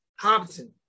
Hobson